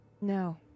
No